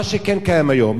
מה שכן קיים היום,